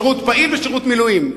שירות פעיל ושירות מילואים.